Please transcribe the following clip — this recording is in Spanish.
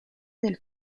del